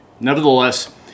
Nevertheless